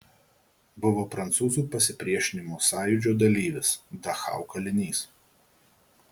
buvo prancūzų pasipriešinimo sąjūdžio dalyvis dachau kalinys